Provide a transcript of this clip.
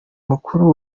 mukuru